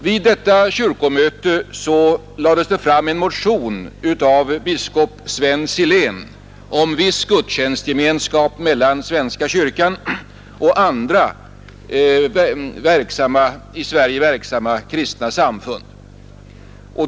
Vid detta kyrkomöte framlades en motion av biskop Sven Silén om viss gudstjänstgemenskap mellan svenska kyrkan och andra i Sverige verksamma kristna samfund.